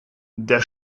der